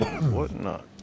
Whatnot